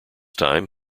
time